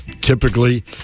typically